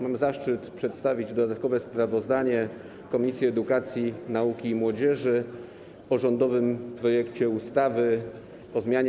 Mam zaszczyt przedstawić dodatkowe sprawozdanie Komisji Edukacji, Nauki i Młodzieży o rządowym projekcie ustawy o zmianie